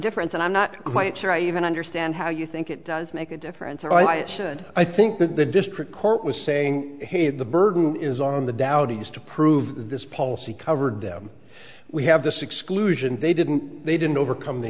difference and i'm not quite sure i even understand how you think it does make a difference or i should i think that the district court was saying that the burden is on the dow to use to prove that this policy covered them we have this exclusion they didn't they didn't overcome the